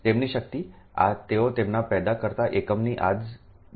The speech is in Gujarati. તેમની શક્તિ આ તેઓ તેમના પેદા કરતા એકમની આ જ વસ્તુ બનાવી રહ્યા છે